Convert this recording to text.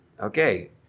Okay